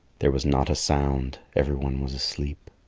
there was not a sound. every one was asleep.